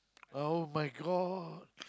[oh]-my-God